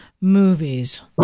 movies